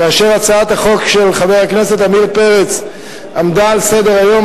כאשר הצעת החוק של חבר הכנסת עמיר פרץ עמדה על סדר-היום,